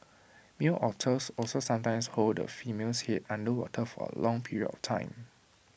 male otters also sometimes hold the female's Head under water for A long period of time